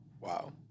Wow